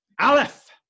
Aleph